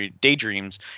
daydreams